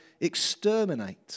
exterminate